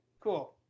cool